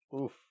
Oof